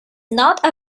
not